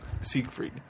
Siegfried